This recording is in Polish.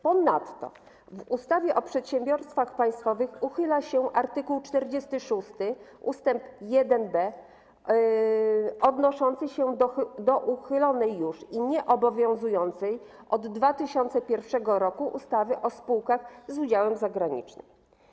Ponadto w ustawie o przedsiębiorstwach państwowych uchyla się art. 46 ust. 1b odnoszący się do uchylonej już i nieobowiązującej od 2001 r. ustawy o spółkach z udziałem zagranicznym.